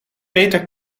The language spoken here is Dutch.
peter